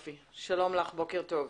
שלום לך, בוקר טוב.